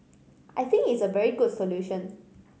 I think it's a very good solution